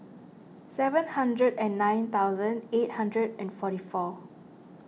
seven hundred and nine thousand eight hundred and forty four